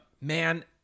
Man